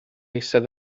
eistedd